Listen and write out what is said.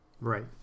Right